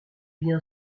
bien